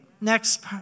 Next